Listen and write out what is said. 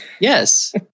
Yes